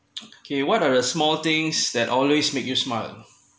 okay what are a small things that always make you smile